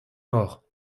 morts